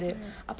mm